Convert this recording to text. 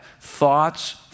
thoughts